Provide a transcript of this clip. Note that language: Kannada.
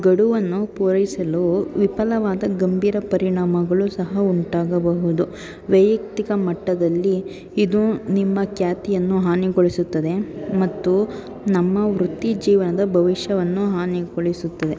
ಗಡುವನ್ನು ಪೂರೈಸಲು ವಿಫಲವಾದ ಗಂಭೀರ ಪರಿಣಾಮಗಳು ಸಹ ಉಂಟಾಗಬಹುದು ವೈಯಕ್ತಿಕ ಮಟ್ಟದಲ್ಲಿ ಇದು ನಿಮ್ಮ ಖ್ಯಾತಿಯನ್ನು ಹಾನಿಗೊಳಿಸುತ್ತದೆ ಮತ್ತು ನಮ್ಮ ವೃತ್ತಿ ಜೀವನದ ಭವಿಷ್ಯವನ್ನು ಹಾನಿಗೊಳಿಸುತ್ತದೆ